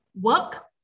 work